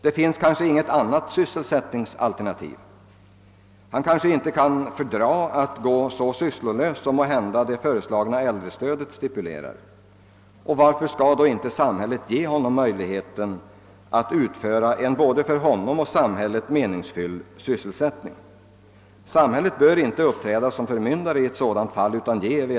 Det finns måhända inget annat sysselsättningsalternativ än detta, och vederbörande kan inte fördra att gå så sysslolös som det föreslagna äldrestödet stipulerar. Varför skall då inte samhället ge honom möjligheten att utföra en både för honom och samhället meningsfylld sysselsättning? Samhället bör inte uppträda som förmyndare i ett sådant fall.